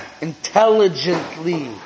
intelligently